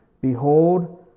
behold